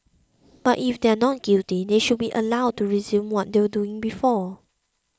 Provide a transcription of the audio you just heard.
but if they are not guilty they should be allowed to resume what they were doing before